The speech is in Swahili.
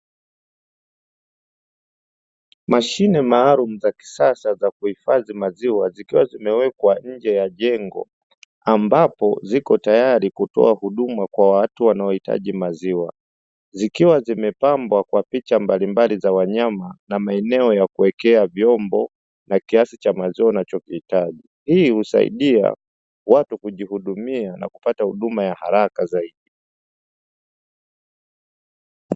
Mashine maalumu za kisasa za kuhifadhi maziwa zikiwa zimewekwa nje ya jengo ambapo zipo tayari kutoa huduma kwa watu wanaohitaji maziwa, zikiwa zimepambwa kwa picha mbalimbali za wanyama na maeneo ya kuwekea vyombo na kiasi cha maziwa unachohitaji hii husaidia watu kujihudumia naa kupata huduma ya haraaka zaidi.